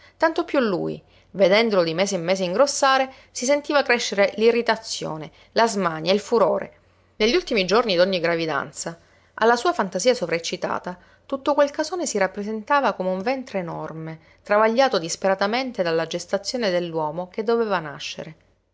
tanto piú lui vedendolo di mese in mese ingrossare si sentiva crescere l'irritazione la smania il furore negli ultimi giorni d'ogni gravidanza alla sua fantasia sovreccitata tutto quel casone si rappresentava come un ventre enorme travagliato disperatamente dalla gestazione dell'uomo che doveva nascere